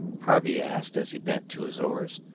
harvey asked as he bent to his oars.